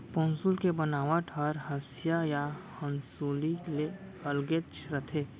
पौंसुल के बनावट हर हँसिया या हँसूली ले अलगेच रथे